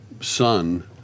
son